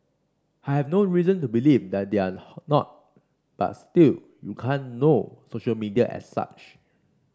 I have no reason to believe that they are not but still you can't know social media as such